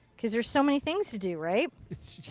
because there are so many things to do. right.